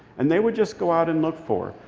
and they would just go out and look for.